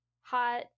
hot